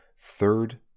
Third